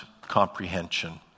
comprehension